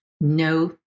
no